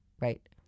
Right